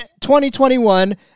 2021